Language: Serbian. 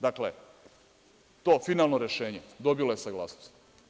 Dakle, to finalno rešenje dobilo je saglasnost.